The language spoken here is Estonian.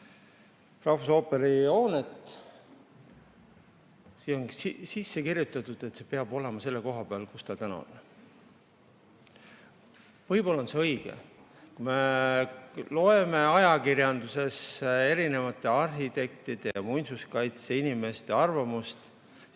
rahvusooperi hoonet! Siia on sisse kirjutatud, et see peab olema selle koha peal, kus ta täna on. Võib-olla on see õige. Kui me aga loeme ajakirjandusest arhitektide ja muinsuskaitseinimeste arvamusi,